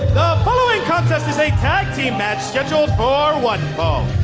following contest is a tag team match scheduled for one fall.